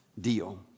Deal